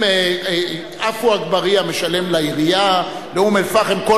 אם עפו אגבאריה משלם לעירייה באום-אל-פחם כל